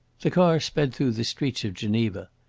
the car sped through the streets of geneva.